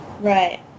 Right